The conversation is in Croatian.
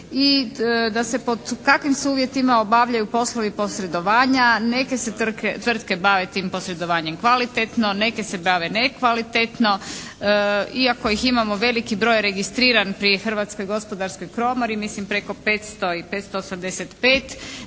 i da se, pod kakvim se uvjetima obavljaju poslovi posredovanja. Neke se tvrtke bave tim posredovanjem kvalitetno, neke se bave nekvalitetno iako ih imamo veliki broj registrirano pri Hrvatskoj gospodarskoj komori, mislim preko 500 i 585